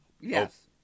Yes